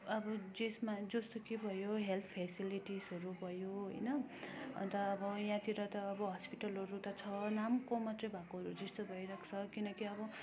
अब जसमा जोसुकै भयो हेल्थ फेसिलिटिसहरू भयो होइन अन्त अब यहाँतिर त अब हस्पिटलहरू त छ नामको मात्रै भएकोहरू जस्तो भइरहेको छ किनकि अब